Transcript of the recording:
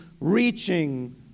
reaching